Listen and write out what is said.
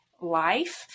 life